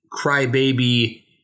crybaby